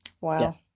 Wow